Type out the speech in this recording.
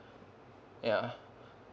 ya